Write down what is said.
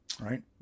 Right